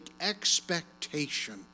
expectation